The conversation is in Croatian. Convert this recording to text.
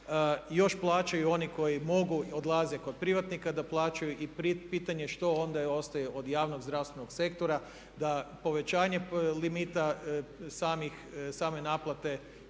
još plaćaju oni koji mogu i odlaze kod privatnika gdje plaćaju. I pitanje je što onda ostaje od javnog zdravstvenog sektora da povećanje limita same naplate